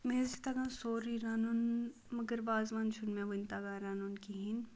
مےٚ حظ چھِ تگان سورُے رَنُن مگر وازوان چھُنہٕ مےٚ وٕنہِ تگان رَنُن کِہیٖنۍ